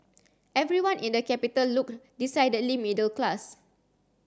everyone in the capital looked decidedly middle class